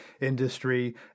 industry